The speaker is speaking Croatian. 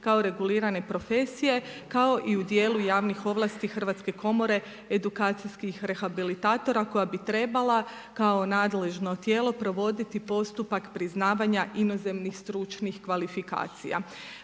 kao regulirane profesije kao i u dijelu javnih ovlasti Hrvatske komore edukacijskih rehabilitatora koja bi trebala kao nadležno tijelo provoditi postupak priznavanja inozemnih stručnih kvalifikacija.